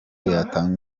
yatanga